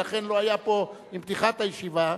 ולכן לא היה פה עם פתיחת הישיבה,